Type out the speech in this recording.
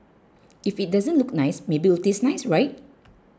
if it doesn't look nice maybe it'll taste nice right